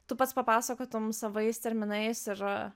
tu pats papasakotum savais terminais ir